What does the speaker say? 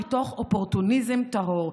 מתוך אופורטוניזם טהור.